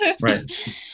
Right